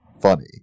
funny